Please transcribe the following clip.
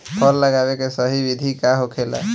फल लगावे के सही विधि का होखेला?